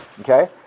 Okay